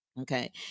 Okay